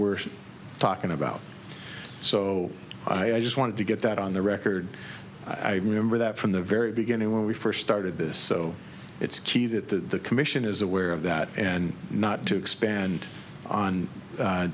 we're talking about so i just wanted to get that on the record i remember that from the very beginning when we first started this so it's key that the commission is aware of that and not to expand on